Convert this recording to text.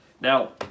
Now